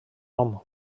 nom